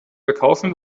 verkaufen